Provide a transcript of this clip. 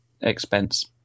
expense